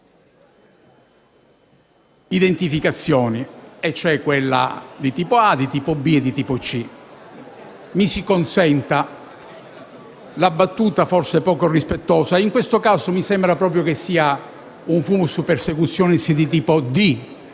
identificazioni: di tipo A, di tipo B e di tipo C. Mi si consenta la battuta forse poco rispettosa: in questo caso mi sembra proprio che sia *fumus persecutionis* di tipo D,